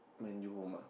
Man-U Home ah